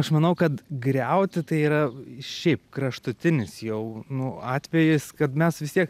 aš manau kad griauti tai yra šiaip kraštutinis jau nu atvejis kad mes vis tiek